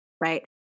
Right